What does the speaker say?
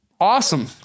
Awesome